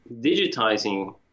digitizing